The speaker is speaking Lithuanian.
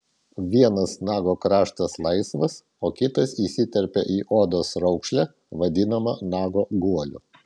vienas nago kraštas laisvas o kitas įsiterpia į odos raukšlę vadinamą nago guoliu